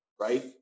right